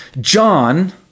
John